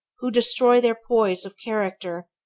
who destroy their poise of character,